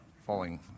falling